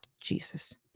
Jesus